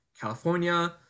California